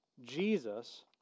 Jesus